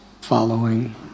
following